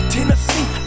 Tennessee